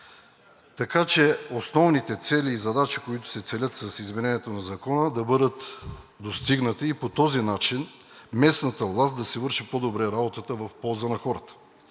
така че основните цели и задачи, които се целят в изменението в Закона, да бъдат достигнати и по този начин местната власт да си върши по-добре работата в полза на хората.